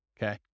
Okay